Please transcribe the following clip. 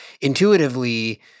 intuitively